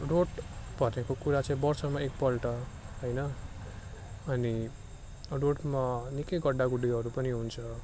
road भनेको कुरा चाहिँ वर्षमा एकपल्ट होइन अनि रोडमा निकै गड्डागुड्डीहरू पनि हुन्छ